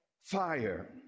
Fire